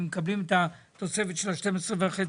אם מקבלים את התוספת של ה-12.5%,